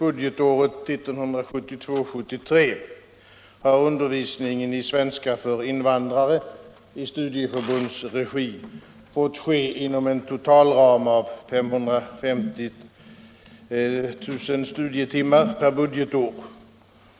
Herr talman! Sedan budgetåret 1972/73 har undervisningen i svenska för invandrare i studieförbundsregi fått ske inom en totalram av 550 000 studietimmar per budgetår.